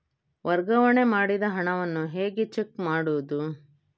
ವರ್ಗಾವಣೆ ಮಾಡಿದ ಹಣವನ್ನು ಹೇಗೆ ಚೆಕ್ ಮಾಡುವುದು?